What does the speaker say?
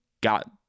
got